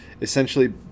essentially